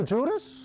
Judas